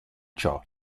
ciò